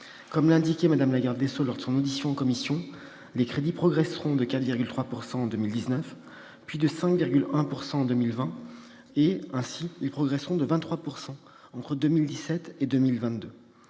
comme l'a indiqué Mme la garde des sceaux lors de son audition en commission, les crédits progresseront de 4,3 % en 2019, puis de 5,1 % en 2020 et de 23 % entre 2017 et 2022.